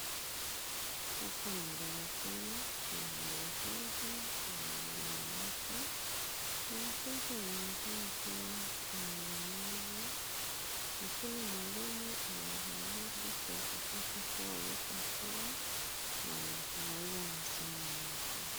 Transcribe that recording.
Hapa ni darasani, kuna mwanafunzi na mwalimu wake. Mwanafunzi anaonekana kuwa na ulemavu, lakini mwalimu anajaribu kuhakikisha kuwa yuko sawa na anafurahia masomo yake.